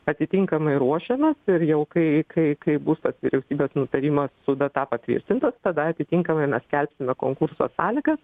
atitinkamai ruošiamės ir jau kai kai kai bus tas vyriausybės nutarimas su data patvirtintas tada atitinkamai mes skelbsime konkurso sąlygas